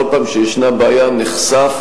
בכל פעם שישנה בעיה נחשף